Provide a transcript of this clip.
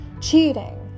cheating